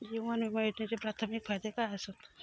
जीवन विमा योजनेचे प्राथमिक फायदे काय आसत?